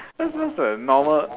that's just a normal